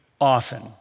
often